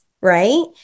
right